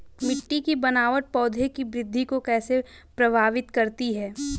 मिट्टी की बनावट पौधों की वृद्धि को कैसे प्रभावित करती है?